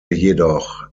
jedoch